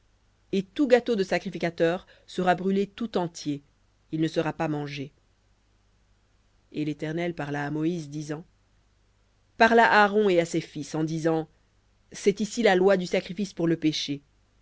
et tout gâteau de sacrificateur sera tout entier il ne sera pas mangé v hébreu et l'éternel parla à moïse disant parle à aaron et à ses fils en disant c'est ici la loi du sacrifice pour le péché